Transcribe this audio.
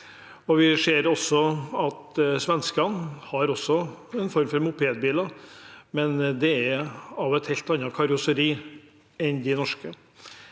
Vi ser at svenskene også har en form for mopedbiler, men de har et helt annet karosseri enn de norske.